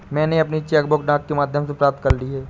मैनें अपनी cheque book डाक के माध्यम से प्राप्त कर ली है